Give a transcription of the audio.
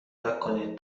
نکنید